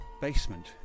basement